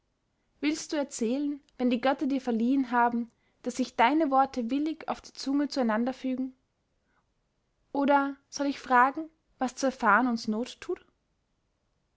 willst du erzählen wenn die götter dir verliehen haben daß sich deine worte willig auf der zunge zueinander fügen oder soll ich fragen was zu erfahren uns not tut